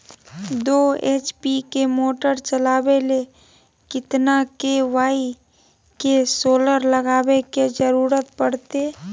दो एच.पी के मोटर चलावे ले कितना के.वी के सोलर लगावे के जरूरत पड़ते?